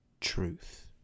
truth